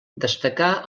destacà